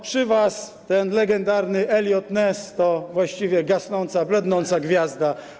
Przy was ten legendarny Eliot Ness to właściwie gasnąca, blednąca gwiazda.